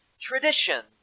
traditions